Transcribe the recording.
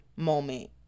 moment